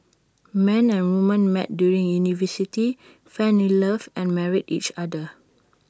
man and woman met during university fell in love and married each other